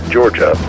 Georgia